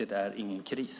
Det är ingen kris.